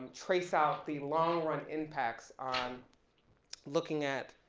trace out the long run impacts on looking at,